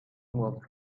was